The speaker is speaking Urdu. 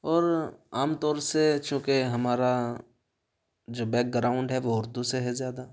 اور عام طور سے چوں کہ ہمارا جو بیک گراؤنڈ ہے وہ اردو سے ہے زیادہ